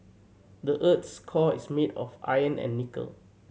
the earth's core is made of iron and nickel